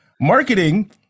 marketing